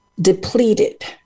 depleted